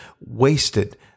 wasted